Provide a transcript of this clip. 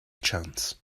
chance